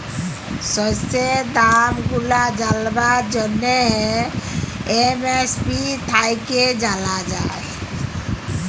শস্যের দাম গুলা জালবার জ্যনহে এম.এস.পি থ্যাইকে জালা যায়